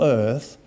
earth